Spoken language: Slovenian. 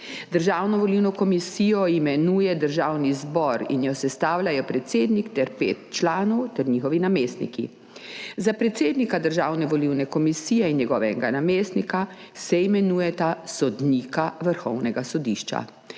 Državno volilno komisijo imenuje Državni zbor in jo sestavljajo predsednik ter pet članov ter njihovi namestniki. Za predsednika državne volilne komisije in njegovega namestnika se imenujeta sodnika vrhovnega sodišča.